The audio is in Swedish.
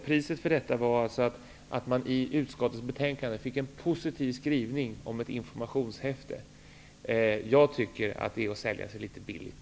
Priset för detta var att man i utskottets betänkande fick en positiv skrivning om ett informationshäfte. Jag tycker att det är att sälja sig litet billigt.